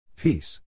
Peace